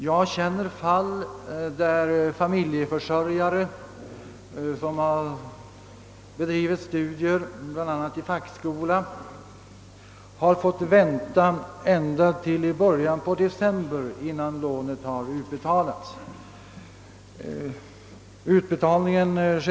Jag känner till fall, där familjeförsörjare som bedrivit studier — bl.a. i fackskola — har fått vänta ända till i början på december innan lånet utbetalats.